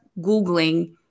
Googling